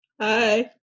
Hi